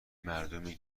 مردمی